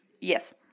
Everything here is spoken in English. Yes